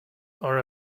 are